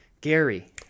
Gary